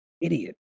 idiot